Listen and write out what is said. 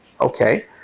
okay